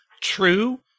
true